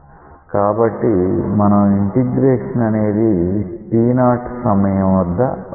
కాబట్టి మనం ఇంటిగ్రేషన్ అనేది t0 సమయం వద్ద వ్రాస్తాం